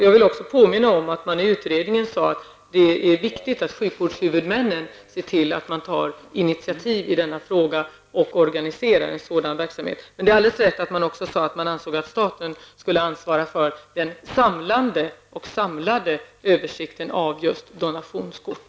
Jag vill också påminna om att utredningen sade att det är viktigt att sjukvårdshuvudmännen tar initiativ i denna fråga och organiserar en sådan verksamhet. Men utredningen ansåg också att staten skall ansvara för den samlande och samlade översikten av just donationskort.